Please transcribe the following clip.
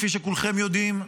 כפי שכולכם יודעים,